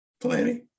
Plenty